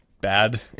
bad